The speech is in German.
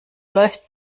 läuft